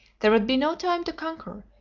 there would be no time to conquer,